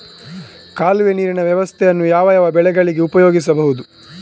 ಕಾಲುವೆ ನೀರಿನ ವ್ಯವಸ್ಥೆಯನ್ನು ಯಾವ್ಯಾವ ಬೆಳೆಗಳಿಗೆ ಉಪಯೋಗಿಸಬಹುದು?